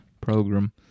program